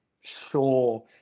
Sure